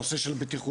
הנושא של בטיחות,